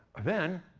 ah then,